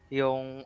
yung